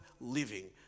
living